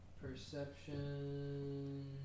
Perception